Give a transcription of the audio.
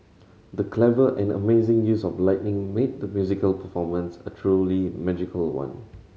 the clever and amazing use of lighting made the musical performance a truly magical one